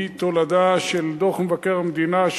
היא תולדה של דוח מבקר המדינה,